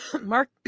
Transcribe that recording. Mark